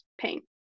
pain